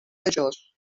majors